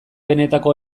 benetako